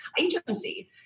agency